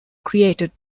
created